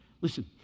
Listen